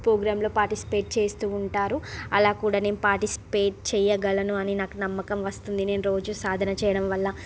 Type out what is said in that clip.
ప్రొగ్రాంలో participate చేస్తుంటారు అలా కూడా నేను పార్టిసిపేట్ చేయగలను అని నా నమ్మకం వస్తుంది నేను రోజు సాధన చేయడంవల్ల మళ్ళి